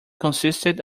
consisted